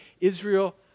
Israel